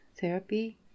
therapy